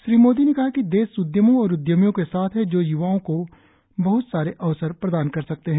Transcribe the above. श्री मोदी ने कहा कि देश उद्यमों और उद्यमियों के साथ है जो य्वाओं को बहत सारे अवसर प्रदान कर सकते हैं